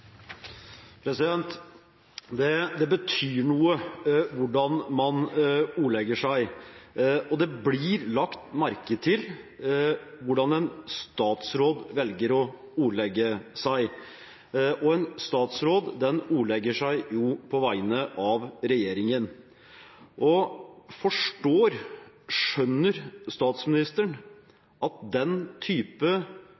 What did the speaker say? Det betyr noe hvordan man ordlegger seg, og det blir lagt merke til hvordan en statsråd velger å ordlegge seg, og en statsråd ordlegger seg jo på vegne av regjeringen. Forstår, skjønner,